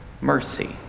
mercy